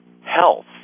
health